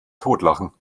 totlachen